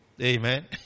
Amen